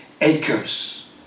acres